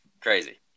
Crazy